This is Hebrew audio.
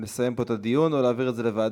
נסיים פה את הדיון או נעביר את זה לוועדה?